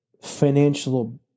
financial